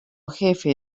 jefe